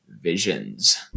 visions